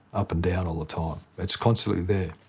up and down, all the time. it's constantly there.